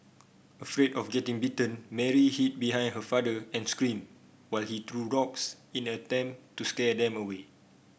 afraid of getting bitten Mary hid behind her father and screamed while he threw rocks in an attempt to scare them away